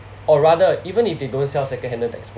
or rather even if they don't sell second-handed textbook